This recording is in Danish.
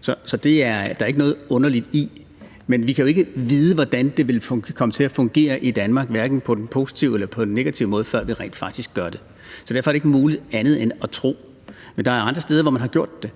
Så det er der ikke noget underligt i. Men vi kan jo ikke vide, hvordan det vil komme til at fungere i Danmark, hverken på den positive eller på den negative måde, før vi rent faktisk gør det. Så derfor er det ikke muligt andet end at tro. Men der er andre steder, hvor man har gjort det,